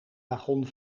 wagon